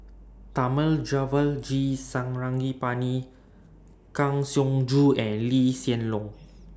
Thamizhavel G Sarangapani Kang Siong Joo and Lee Hsien Loong